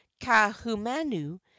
kahumanu